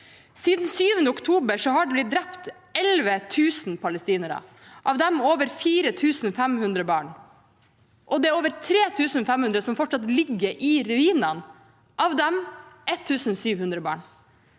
Siden 7. oktober har det blitt drept 11 000 palestinere, av dem over 4 500 barn, og det er over 3 500 som fortsatt ligger i ruinene, av dem 1 700 barn.